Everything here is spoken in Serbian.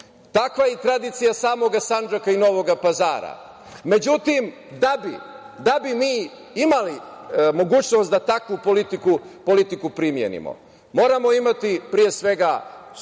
Takva je i tradicija samog Sandžaka i Novog Pazara. Međutim, da bi mi imali mogućnost da takvu politiku primenimo moramo imati, pre svega,